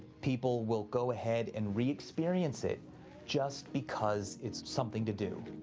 people will go ahead an re-experience it just because it's something to do.